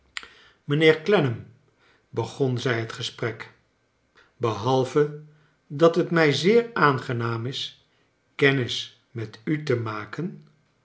clennam beg on zij het gesprek behalve dat het mij zeer aangenaam is kennis met u te maken